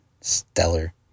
stellar